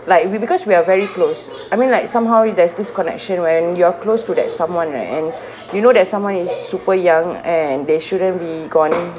like we because we are very close I mean like somehow there's this connection when you're close to that someone right and you know that someone is super young and they shouldn't be gone